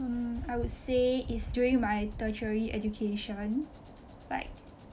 mm I would say is during my tertiary education like